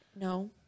No